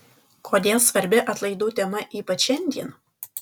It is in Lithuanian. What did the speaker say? kodėl svarbi atlaidų tema ypač šiandien